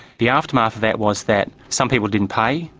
the aftermath of that was that some people didn't pay,